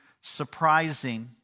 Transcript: surprising